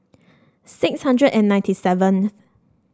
six hundred and ninety seven